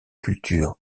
cultures